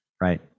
right